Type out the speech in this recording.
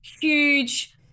huge